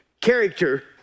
character